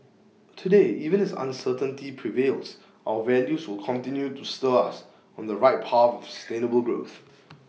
today even as uncertainty prevails our values will continue to stir us on the right path of sustainable growth